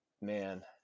man